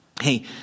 Hey